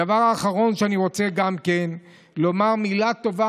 הדבר האחרון שאני רוצה לומר זה מילה טובה